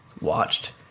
watched